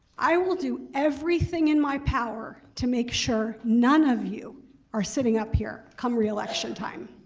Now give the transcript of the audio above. i will do everything in my power to make sure none of you are sitting up here come reelection time.